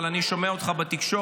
אבל אני שומע אותך בתקשורת